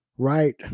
Right